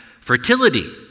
fertility